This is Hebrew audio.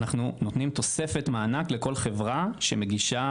אנחנו נותנים תוספת מענק לכל חברה שמגישה